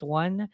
one